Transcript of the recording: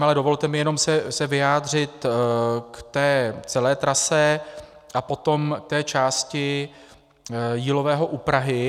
Ale dovolte mi jenom se vyjádřit k té celé trase a potom k té části Jílového u Prahy.